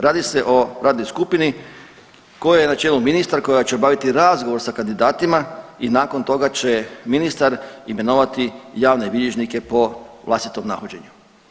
Radi se o radnoj skupini kojoj je na čelu ministar, koja će obaviti razgovor sa kandidatima i nakon toga će ministar imenovati javne bilježnike po vlastitom nahođenju.